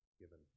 given